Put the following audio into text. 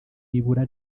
ibura